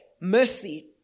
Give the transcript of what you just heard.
mercy